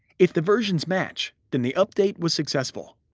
if the versions match, then the update was successful.